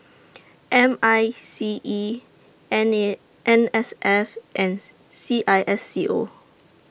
M I C E N S F and C I S C O